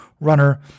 runner